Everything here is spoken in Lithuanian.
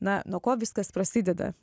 na nuo ko viskas prasideda